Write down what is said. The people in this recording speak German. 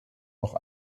noch